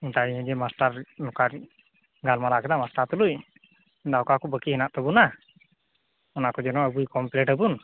ᱚᱱᱠᱟᱜᱮ ᱡᱮ ᱢᱟᱥᱴᱟᱨ ᱱᱚᱝᱠᱟᱧ ᱜᱟᱞᱢᱟᱨᱟᱣ ᱠᱮᱫᱟ ᱢᱟᱥᱴᱟᱨ ᱛᱩᱞᱩᱡ ᱚᱠᱟ ᱠᱚ ᱵᱟᱠᱤ ᱦᱮᱱᱟᱜ ᱛᱟᱵᱚᱱᱟ ᱚᱱᱟ ᱠᱚ ᱡᱮᱱᱚ ᱟᱵᱚᱭ ᱠᱚᱢᱯᱮᱞᱮᱴ ᱟᱵᱚᱱ